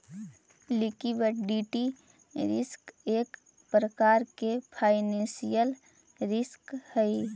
liquidity risk एक प्रकार के फाइनेंशियल रिस्क हई